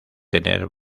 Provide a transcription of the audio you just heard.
tener